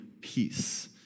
peace